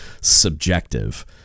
subjective